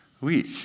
week